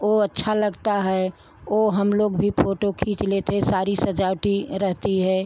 ओ अच्छा लगता है ओ हम लोग भी फ़ोटो खींच लेते है सारी सजावट रहती है